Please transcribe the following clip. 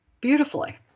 beautifully